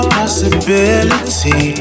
possibility